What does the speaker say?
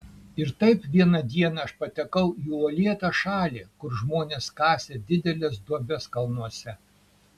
ir taip vieną dieną aš patekau į uolėtą šalį kur žmonės kasė dideles duobes kalnuose